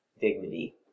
dignity